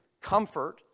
Comfort